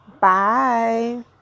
Bye